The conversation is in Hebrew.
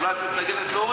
אז אולי את מתנגדת להוריד.